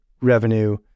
revenue